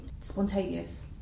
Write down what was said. spontaneous